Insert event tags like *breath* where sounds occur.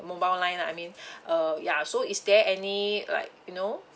mobile line lah I mean *breath* uh ya so is there any like you know